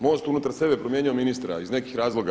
MOST unutar sebe promijenio ministra iz nekih razloga.